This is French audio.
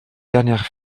dernière